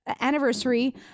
anniversary